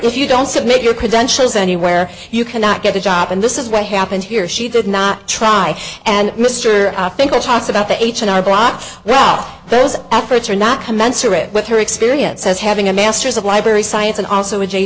if you don't submit your credentials anywhere you cannot get a job and this is what happened here she did not try and mr i think the talks about the h and r block well off those efforts are not commensurate with her experience as having a master's of library science and also a j